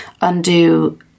undo